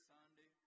Sunday